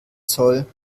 zoll